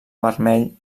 vermell